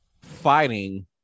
fighting